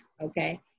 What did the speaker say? Okay